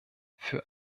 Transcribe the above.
für